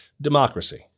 democracy